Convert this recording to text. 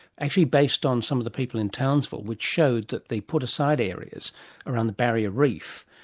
actually based on some of the people and townsville, which showed that the put aside areas around the barrier reef,